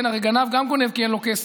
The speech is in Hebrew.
הרי גנב גונב גם כי אין לו כסף.